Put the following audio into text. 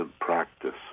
practice